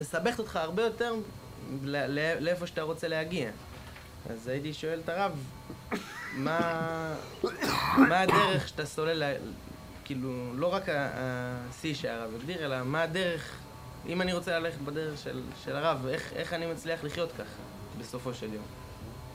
מסבכת אותך הרבה יותר לאיפה שאתה רוצה להגיע. אז הייתי שואל את הרב, מה הדרך שאתה סולל, כאילו, לא רק השיא שהרב הגדיר, אלא מה הדרך, אם אני רוצה ללכת בדרך של הרב, איך אני מצליח לחיות ככה, בסופו של יום?